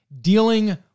dealing